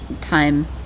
time